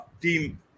team